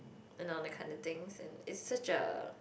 you know that kind of things and it's such a